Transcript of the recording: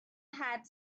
had